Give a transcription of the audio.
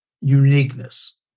uniqueness